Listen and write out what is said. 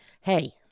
hey